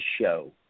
show